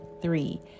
three